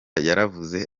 yaravuze